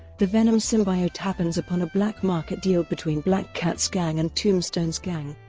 the venom symbiote happens upon a black market deal between black cat's gang and tombstone's gang.